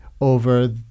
over